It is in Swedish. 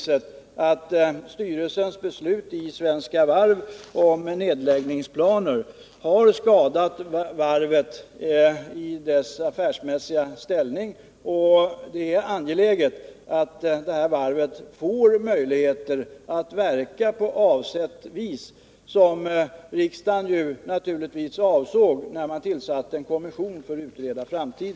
Styrelsebeslutet inom Svenska Varv om nedläggningsplaner har skadat Finnboda Varvs affärsmässiga ställning, och det är angeläget att detta varv får möjligheter att verka på det sätt som riksdagen naturligtvis avsåg när man tillsatte en kommission för att utreda dess framtid.